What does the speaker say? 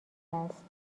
است